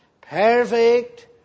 perfect